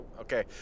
okay